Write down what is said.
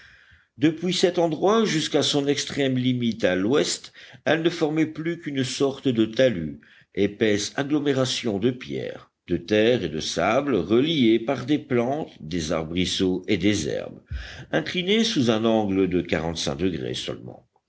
depuis cet endroit jusqu'à son extrême limite à l'ouest elle ne formait plus qu'une sorte de talus épaisse agglomération de pierres de terres et de sable reliés par des plantes des arbrisseaux et des herbes incliné sous un angle de quarante-cinq degrés seulement